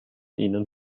ihnen